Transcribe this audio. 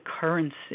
currency